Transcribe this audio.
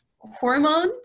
Hormones